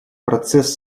процесс